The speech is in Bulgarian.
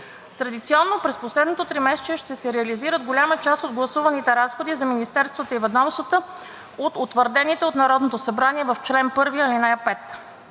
Традиционно през последното тримесечие ще се реализират голяма част от гласуваните разходи за министерствата и ведомствата от утвърдените от Народното събрание в чл. 1, ал. 5.